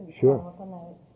Sure